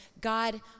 God